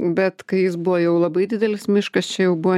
bet kai jis buvo jau labai didelis miškas čia jau buvo